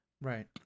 Right